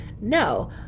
no